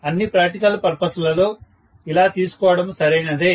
అన్ని practical purpose లలో ఇలా తీసుకోవడము సరైనదే